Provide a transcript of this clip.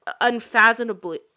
unfathomably